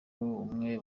umwe